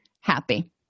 happy